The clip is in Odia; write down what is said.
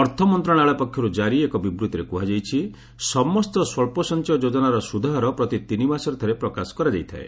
ଅର୍ଥମନ୍ତ୍ରଣାଳୟ ପକ୍ଷରୁ ଜାରି ଏକ ବିବୃତ୍ତିରେ କୁହାଯାଇଛି ସମସ୍ତ ସ୍ୱଳ୍ପ ସଞ୍ଚୟ ଯୋକନାର ସୁଧହାର ପ୍ରତି ତିନିମାସରେ ଥରେ ପ୍ରକାଶ କରାଯାଇଥାଏ